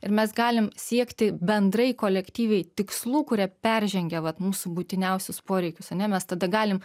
ir mes galim siekti bendrai kolektyviai tikslų kurie peržengia vat mūsų būtiniausius poreikius ar ne mes tada galim